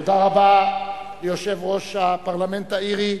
תודה רבה ליושב-ראש הפרלמנט האירי,